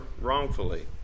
wrongfully